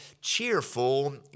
cheerful